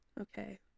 Okay